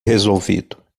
resolvido